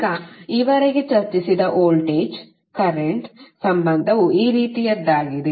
ಈಗ ಈವರೆಗೆ ಚರ್ಚಿಸಿದ ವೋಲ್ಟೇಜ್ ಕರೆಂಟ್ ಸಂಬಂಧವು ಈ ರೀತಿಯದ್ದಾಗಿದೆ